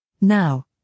Now